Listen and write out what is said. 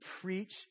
preach